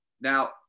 Now